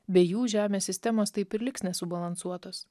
be jų žemės sistemos taip ir liks nesubalansuotos